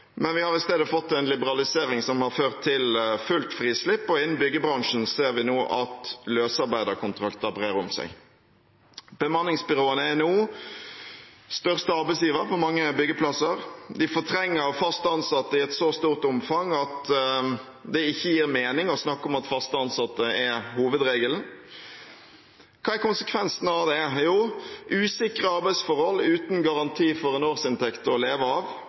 men vi har i stedet fått en liberalisering som har ført til fullt frislipp, og innen byggebransjen ser vi nå at løsarbeiderkontrakter brer om seg. Bemanningsbyråene er nå den største arbeidsgiveren på mange byggeplasser. De fortrenger fast ansatte i et så stort omfang at det ikke gir mening å snakke om at fast ansatte er hovedregelen. Hva er konsekvensene av det? Jo, det er usikre arbeidsforhold uten garanti for en årsinntekt til å leve av,